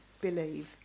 believe